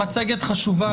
המצגת חשובה,